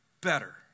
better